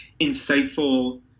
insightful